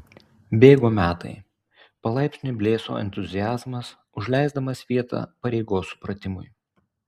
bėgo metai palaipsniui blėso entuziazmas užleisdamas vietą pareigos supratimui